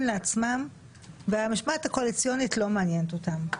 לעצמם והמשמעת הקואליציונית לא מעניינת אותם.